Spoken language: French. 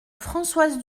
françoise